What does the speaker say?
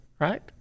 right